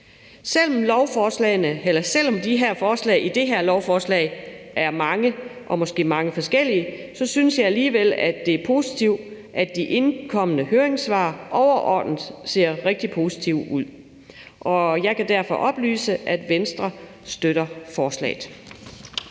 er mange og måske mange forskellige, synes jeg alligevel, det er positivt, at de indkomne høringssvar overordnet ser rigtig positive ud, og jeg kan derfor oplyse, at Venstre støtter forslaget.